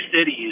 cities